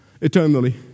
eternally